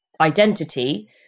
identity